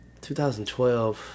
2012